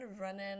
running